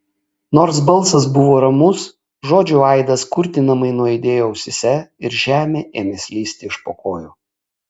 nors balsas buvo ramus žodžių aidas kurtinamai nuaidėjo ausyse ir žemė ėmė slysti iš po kojų